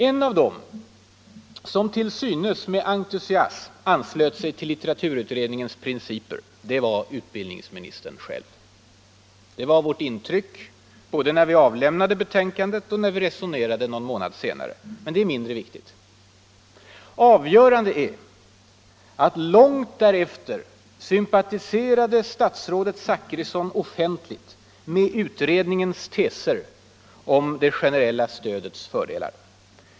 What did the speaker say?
En av dem som till synes med entusiasm anslöt sig till litteraturutredningens principer var utbildningsministern själv. Det var vårt intryck både när vi avlämnade betänkandet och när vi resonerade någon månad senare. Det är mindre viktigt. Avgörande är att långt därefter sympatiserade statsrådet Zachrisson offentligt med utredningens teser om det generella stödets fördelar.